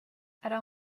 ära